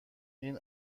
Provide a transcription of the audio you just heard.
این